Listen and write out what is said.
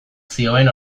zioen